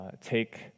take